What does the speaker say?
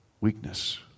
weakness